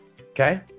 Okay